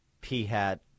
P-Hat